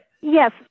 yes